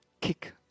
kick